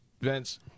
Vince